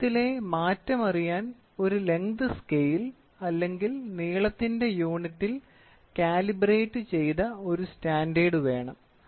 മർദ്ദത്തിലെ മാറ്റം അറിയാൻ ഒരു ലെങ്ത് സ്കെയിൽ അല്ലെങ്കിൽ നീളത്തിന്റെ യൂണിറ്റിൽ കാലിബ്രേറ്റ് ചെയ്ത ഒരു സ്റ്റാൻഡേർഡ് വേണം